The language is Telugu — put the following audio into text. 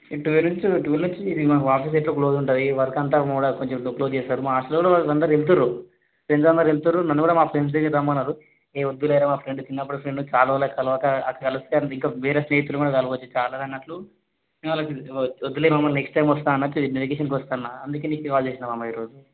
ఇంటి దగ్గర నుంచి మాకు వాటర్ సెట్ ఒకరోజు ఉంటుంది వర్క్ అంతా మొత్తం క్లోజ్ చేస్తారు మా హాస్టల్లోళ్లు అంతా వెళ్తున్నారు ఫ్రెండ్స్స్ అందరూ వెళ్తుర్రు నన్ను కూడా ఫ్రెండ్స్స్ దగ్గరికి రమ్మన్నారు ఏ వద్దులేరా మా ఫ్రెండు చిన్నప్పుడు ఫ్రెండు చాలా రోజులయ్యేగా కలవక కలుస్తే ఇంకా వేరే స్నేహితులను కూడా కలవచ్చు చాలదన్నట్టు వద్దులే మామ నెక్స్ట్ టైం వస్తాను అన్నట్టు వెకేషన్కి వస్తున్నాను అందుకే నీకు కాల్ చేశాను మామ ఈరోజు